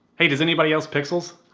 hey, does anybody else pixels,